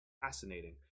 fascinating